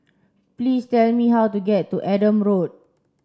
please tell me how to get to Adam Road